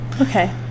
Okay